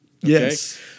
Yes